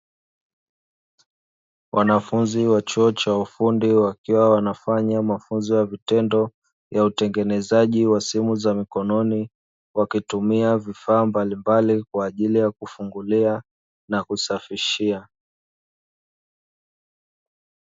Wanafunzi wa chuo cha ufundi wakiwa wanafanya mafunzo ya vitendo ya utengenezaji wa simu za mkononi wakitumia vifaa mbalimbali kwa ajili ya kufungulia na kusafishia.